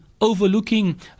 overlooking